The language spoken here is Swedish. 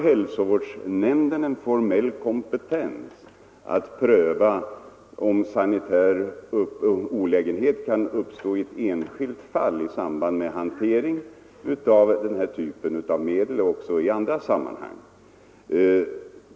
Hälsovårdsnämnden har formell kompetens att pröva om sanitär olägenhet kan uppstå i ett enskilt fall i samband med hantering av den här typen av medel liksom i andra sammanhang.